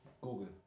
Google